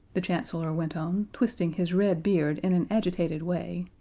the chancellor went on, twisting his red beard in an agitated way,